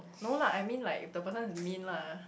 no lah I mean like if the person is mean lah